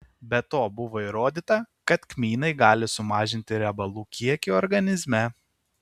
be to buvo įrodyta kad kmynai gali sumažinti riebalų kiekį organizme